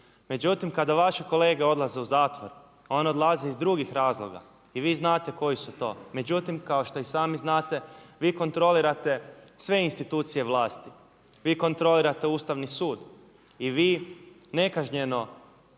Međutim kada vaše kolege odlaze u zatvor one odlaze iz drugih razloga i vi znate koji su to. M Međutim kao što i sami znate vi kontrolirate sve institucije vlasti, vi kontrolirate Ustavni sud i vi nekažnjeno